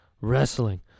wrestling